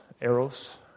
eros